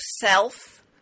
self